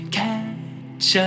catch